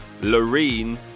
Loreen